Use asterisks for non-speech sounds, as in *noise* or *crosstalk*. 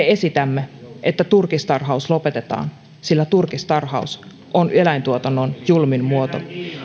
*unintelligible* esitämme että turkistarhaus lopetetaan sillä turkistarhaus on eläintuotannon julmin muoto